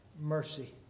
mercy